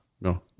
No